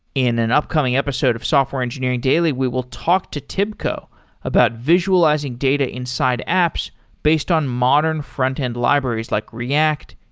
in an upcoming episode of software engineering daily, we will talk to tibco about visualizing data inside apps based on modern frontend libraries like react,